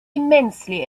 immensely